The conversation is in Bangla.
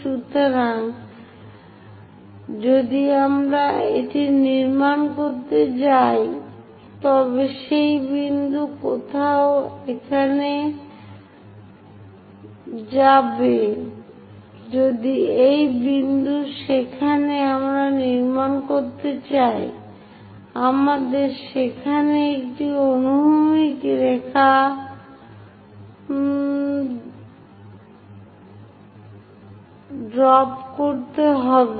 সুতরাং যদি আমি এটি নির্মাণ করতে যাই তবে সেই বিন্দু কোথাও এখানে যাবে যদি এই বিন্দু যেখানে আমরা নির্মাণ করতে চাই আমাদের সেখানে একটি অনুভূমিক রেখা ড্রপ করতে হবে